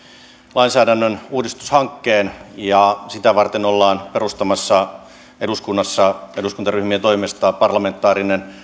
lainsäädännön uudistushankkeen ja sitä varten ollaan perustamassa eduskunnassa eduskuntaryhmien toimesta parlamentaarinen